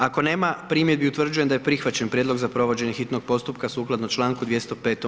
Ako nema primjedbi, utvrđujem da je prihvaćen prijedlog za provođenje hitnog postupka sukladno čl. 205.